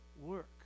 work